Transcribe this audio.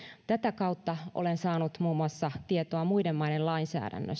tätä kautta olen saanut muun muassa tietoa muiden maiden lainsäädännöstä toisin